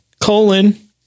colon